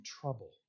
trouble